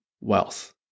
wealth